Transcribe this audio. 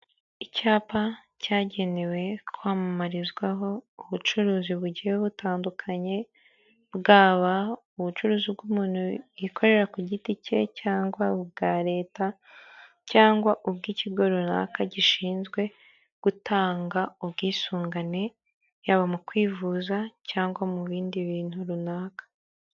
Icyapa cyagenewe kwamamarizwaho ubucuruzi bugiye butandukanye, bwaba ubucuruzi bw'umuntu yikorera ku giti cye cyangwa ubwa leta, cyangwa ubw'ikigo runaka gishinzwe gutanga ubwisungane, yaba mu kwivuza cyangwa mu bindi bintu runaka.